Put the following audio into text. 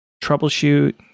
troubleshoot